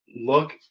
look